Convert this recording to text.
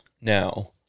Now